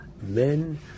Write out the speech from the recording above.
men